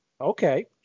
okay